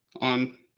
on